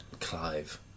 Clive